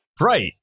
right